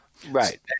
Right